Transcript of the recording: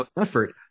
effort